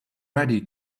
ready